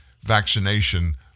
vaccination